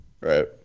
Right